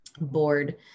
board